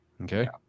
okay